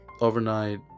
overnight